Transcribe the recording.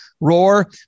roar